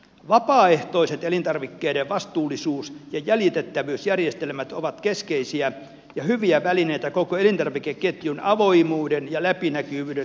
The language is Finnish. vapaaehtoiset elintarvikkeiden vastuullisuus ja jäljitettävyysjärjestelmät ovat keskeisiä ja hyviä välineitä koko elintarvikeketjun avoimuuden ja läpinäkyvyyden lisäämisessä